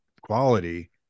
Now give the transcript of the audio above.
quality